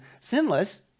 sinless